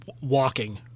walking